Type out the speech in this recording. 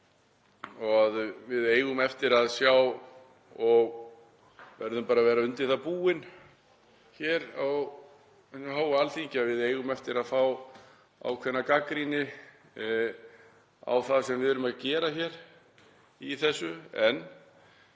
að við eigum eftir að sjá og verðum bara að vera undir það búin hér á hinu háa Alþingi að við eigum eftir að fá ákveðna gagnrýni á það sem við erum að gera hér í þessu. En